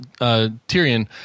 Tyrion